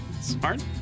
Smart